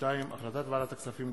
החלטת ועדת הכספים,